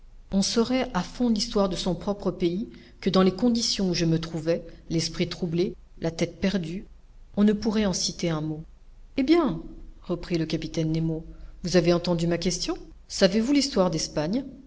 on saurait à fond l'histoire de son propre pays que dans les conditions où je me trouvais l'esprit troublé la tête perdue on ne pourrait en citer un mot eh bien reprit le capitaine nemo vous avez entendu ma question savez-vous l'histoire d'espagne